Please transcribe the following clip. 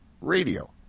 radio